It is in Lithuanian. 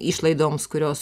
išlaidoms kurios